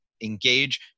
engage